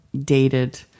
dated